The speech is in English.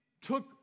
took